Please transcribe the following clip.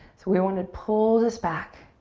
so we wanna pull this back.